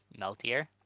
Meltier